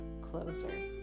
closer